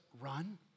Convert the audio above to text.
run